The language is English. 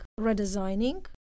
redesigning